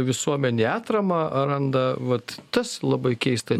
visuomenei atramą randa vat tas labai keista